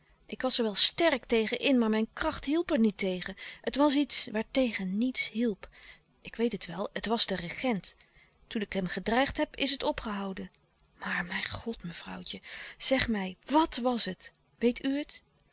ik was er wel sterk tegen in maar mijn kracht hielp er niet tegen het was iets waartegen niets hielp ik weet het wel het was de regent toen ik hem gedreigd heb is het opgehouden maar mijn god mevrouwtje louis couperus de stille kracht zeg mij wàt was het weet u het